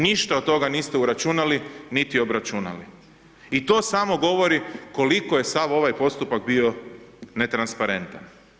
Ništa od toga niste uračunali, niti obračunali i to samo govori koliko je sav ovaj postupak bio netransparentan.